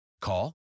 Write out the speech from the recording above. Call